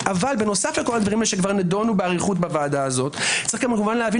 אבל בנוסף לכל הדברים הללו שכבר נדונו באריכות בוועדה הזו יש להבין